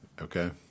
Okay